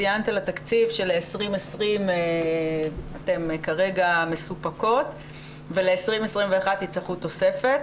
ציינת על התקציב שלשנת 2020 אתם כרגע מסופקות ול-2021 תצטרכו תוספת.